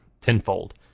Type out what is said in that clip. tenfold